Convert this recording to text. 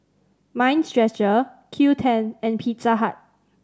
Mind Stretcher Qoo Ten and Pizza Hut